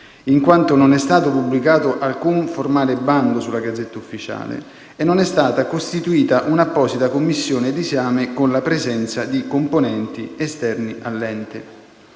in quanto non è stato pubblicato alcun formale bando sulla *Gazzetta Ufficiale* e non è stata costituita un'apposita commissione d'esame con la presenza di componenti esterni all'ente.